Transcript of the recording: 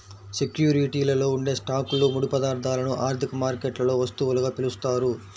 సెక్యూరిటీలలో ఉండే స్టాక్లు, ముడి పదార్థాలను ఆర్థిక మార్కెట్లలో వస్తువులుగా పిలుస్తారు